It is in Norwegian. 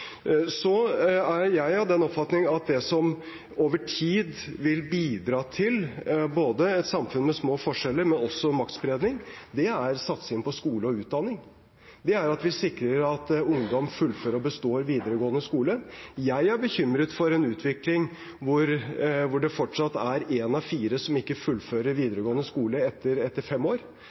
tid vil bidra til et samfunn med både små forskjeller og maktspredning, er satsing på skole og utdanning, og at vi sikrer at ungdom fullfører og består videregående skole. Jeg er bekymret for en utvikling hvor det fortsatt er en av fire som ikke fullfører videregående skole etter fem år.